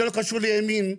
זה לא קשור לימין,